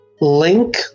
Link